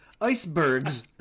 icebergs